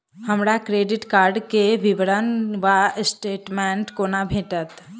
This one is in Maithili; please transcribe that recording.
हमरा क्रेडिट कार्ड केँ विवरण वा स्टेटमेंट कोना भेटत?